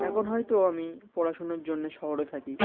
এখন হয়তো আমি পড়াশুনার জন্যে শহরে থাকি